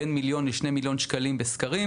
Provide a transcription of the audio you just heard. זה סדר גודל של בין מיליון ל-2 מיליון שקלים בסקרים,